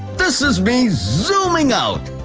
this is me zooming out.